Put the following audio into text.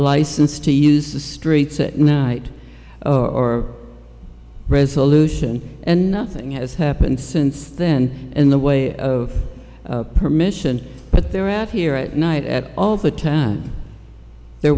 license to use the streets at night or resolution and nothing has happened since then in the way of permission but they're out here at night at all the time they're